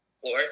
floor